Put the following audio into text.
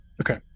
Okay